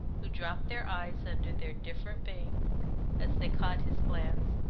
who dropped their eyes under their different bangs as they caught his glance,